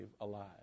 alive